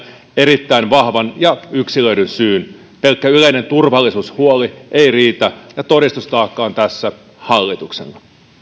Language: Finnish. erittäin vahvan ja yksilöidyn syyn pelkkä yleinen turvallisuushuoli ei riitä ja todistustaakka on tässä hallituksella